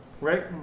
Right